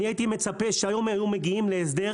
אני הייתי מצפה שהיום היו מגיעים להסדר